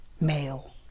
male